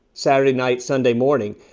saturday night, sunday morning.